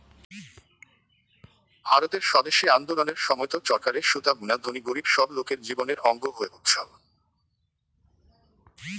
ভারতের স্বদেশি আন্দোলনের সময়ত চরকারে সুতা বুনা ধনী গরীব সব লোকের জীবনের অঙ্গ হয়ে উঠছল